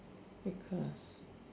because